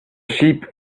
sheep